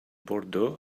bordeaux